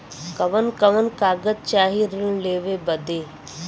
कवन कवन कागज चाही ऋण लेवे बदे?